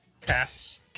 cats